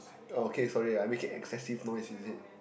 oh okay sorry I making excessive noise is it